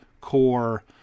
core